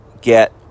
Get